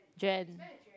Juan